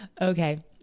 Okay